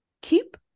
keep